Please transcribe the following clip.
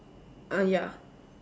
ah ya